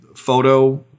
photo